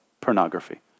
pornography